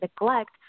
neglect